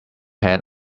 head